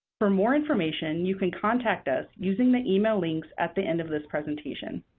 for more information, you can contact us using the email links at the end of this presentation.